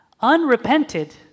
unrepented